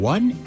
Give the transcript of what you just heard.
One